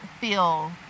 feel